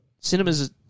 cinemas